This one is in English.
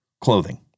clothing